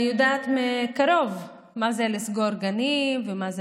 אני יודעת מקרוב מה זה לסגור גנים ומה זה